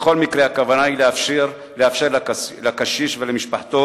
בכל מקרה, הכוונה היא לאפשר לקשיש ולמשפחתו